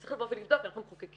צריך לבוא ולבדוק כי אנחנו מחוקקים.